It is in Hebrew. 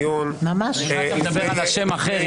אולי אתה מדבר על אשם אחר,